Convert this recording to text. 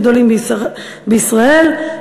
"גדולים בישראל,